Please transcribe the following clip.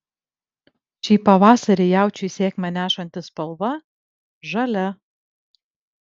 šį pavasarį jaučiui sėkmę nešantį spalva žalia